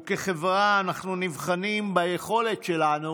וכחברה אנחנו נבחנים ביכולת שלנו